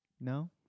No